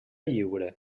lliure